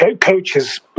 coaches